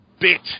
bit